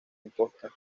imposta